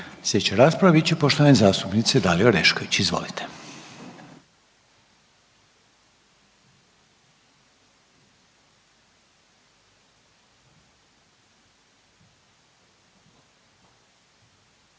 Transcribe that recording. Slijedeća rasprava bit će poštovane zastupnice Dalije Orešković. Izvolite.